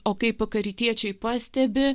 o kaip karitiečiai pastebi